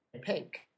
Pink